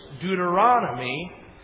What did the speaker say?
Deuteronomy